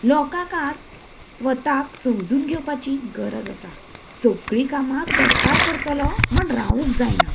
लोकाकाक स्वताक समजून घेवपाची गरज आसा सगळीं कामां सरकार करतलो म्हण रावूंक जायना